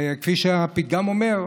וכפי שהפתגם אומר,